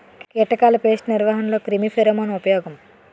కీటకాల పేస్ట్ నిర్వహణలో క్రిమి ఫెరోమోన్ ఉపయోగం